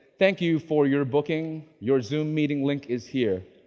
thank you for your booking. your zoom meeting link is here.